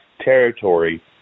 territory